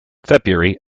february